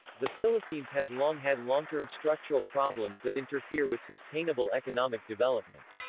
the philippines has long had long-term structural problems that interfere with sustainable economic development.